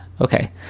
okay